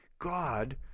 God